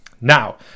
Now